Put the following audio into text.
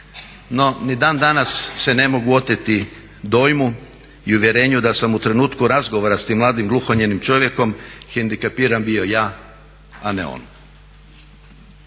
No, ni dan danas se ne mogu oteti dojmu i uvjerenju da sam u trenutku razgovora sa tim mladim gluhonijemim čovjekom hendikepiran bio ja a ne on.